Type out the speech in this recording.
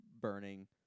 burning